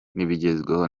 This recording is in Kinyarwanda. n’ibigezweho